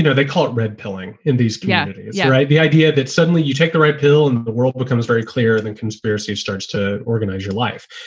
you know they call it red pilling in these categories. right. the idea that suddenly you take the red pill and the world becomes very clear, then conspiracy starts to organize your life.